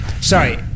Sorry